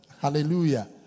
Hallelujah